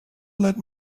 let